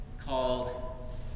called